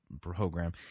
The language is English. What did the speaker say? program